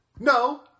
No